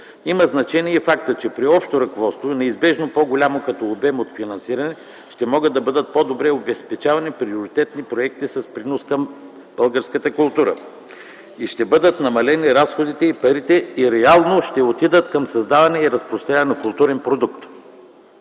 Има значение и фактът, че при общото ръководство, неизбежно по-голям като обем финансиране, ще могат да бъдат по-добре обезпечавани приоритетни проекти с принос към българската култура и ще бъдат намалени разходите и парите реално ще отидат към създаване и разпространяване на културен продукт.